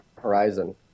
horizon